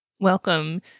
Welcome